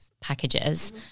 packages